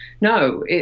no